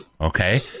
Okay